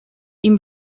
ihm